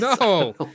No